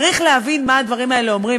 צריך להבין מה הדברים האלה אומרים,